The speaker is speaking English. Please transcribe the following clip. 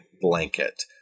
blanket